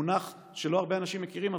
מונח שלא הרבה אנשים מכירים,